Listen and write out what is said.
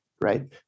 right